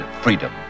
freedom